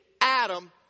Adam